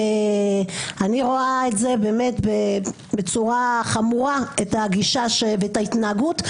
אני רואה בצורה חמורה את הגישה ואת ההתנהגות,